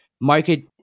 market